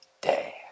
day